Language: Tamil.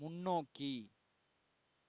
முன்னோக்கி